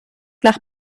nach